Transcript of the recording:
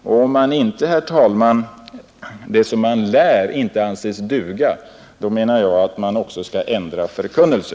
Om inte, herr talman, det som man lär anses duga i verkligheten skall man också ändra förkunnelse.